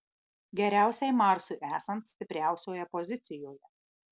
geriausiai marsui esant stipriausioje pozicijoje